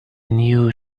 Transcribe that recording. new